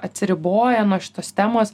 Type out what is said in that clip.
atsiriboja nuo šitos temos